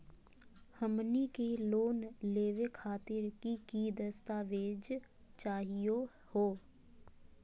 हमनी के लोन लेवे खातीर की की दस्तावेज चाहीयो हो?